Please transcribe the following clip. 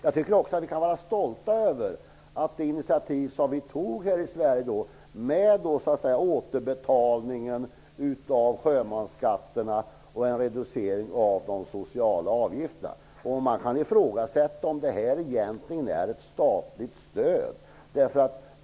Jag tycker att vi kan vara stolta över det initiativ vi tog då här i Sverige, med återbetalning av sjömansskatterna och en reducering av de sociala avgifterna. Man kan ifrågasätta om detta egentligen är ett statligt stöd.